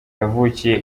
yavukiye